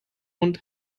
und